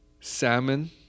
salmon